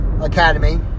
academy